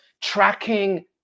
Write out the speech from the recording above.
tracking